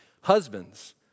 husbands